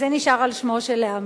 זה נשאר על שמו של העמית.